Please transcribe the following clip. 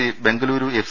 C Bengaluru F